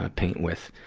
ah paint with,